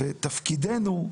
ותפקידנו,